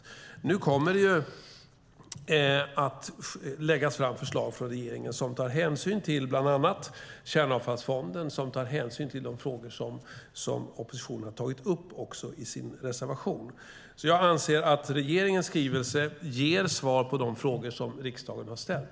Regeringen kommer att lägga fram förslag där hänsyn tas bland annat till kärnavfallsfonden och till det som oppositionen tagit upp också i sin reservation. Jag anser att regeringens skrivelse ger svar på de frågor som riksdagen ställt.